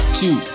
two